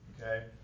okay